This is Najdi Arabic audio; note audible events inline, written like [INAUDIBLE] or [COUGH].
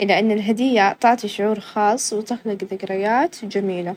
وحدي [HESITATION] يكون ممل بعض الشيء، مشاهدة فلم توفر لي -ترفي- ترفيهًا و [HESITATION] متعة.